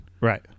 Right